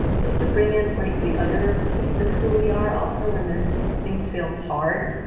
just to bring in like the other piece of who we are also when the things feel hard,